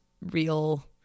real